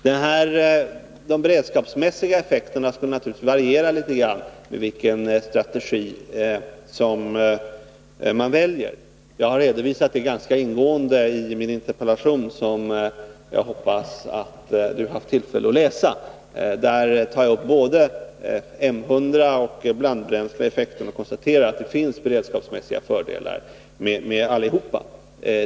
De beredskapsmässiga effekterna skulle naturligtvis variera med vilken strategi man väljer, och jag har redovisat det ganska ingående i min interpellation, som jag hoppas att Per Westerberg haft tillfälle att läsa. Där tar jag upp effekterna av både M 100 och blandbränslen och anför att man har kunnat konstatera att det finns beredskapsmässiga fördelar med allihop.